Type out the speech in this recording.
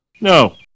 No